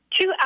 two